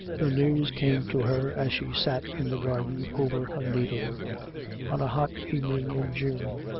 the news came to her as she sat in the garden over her needlework on a hot evening in june.